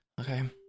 Okay